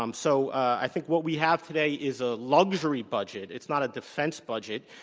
um so i think what we have today is a luxury budget. it's not a defense budget.